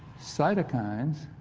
cytokines